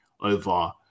over